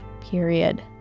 period